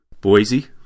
Boise